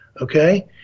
okay